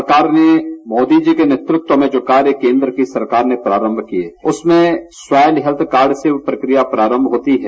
सरकार ने मोदी जी के नेतृत्व में जो कार्य केन्द्र की सरकार ने प्रारम्भ किये उसमें स्वायल हेल्थ कार्ड से प्रक्रिया प्रारम्भ होती है